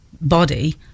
body